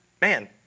Man